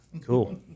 Cool